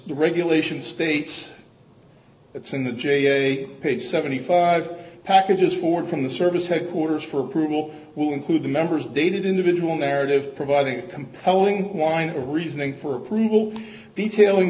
the regulation states it's in the j page seventy five dollars packages for from the service headquarters for approval will include the members dated individual narrative providing compelling wind or reasoning for approval detailing